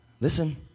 Listen